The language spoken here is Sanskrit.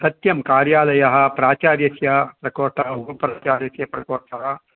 सत्यं कार्यालयः प्राचार्यस्य प्रकोष्ठः उपप्राचार्यस्य प्रकोष्ठः